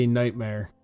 nightmare